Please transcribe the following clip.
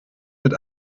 mit